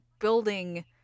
building